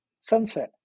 sunset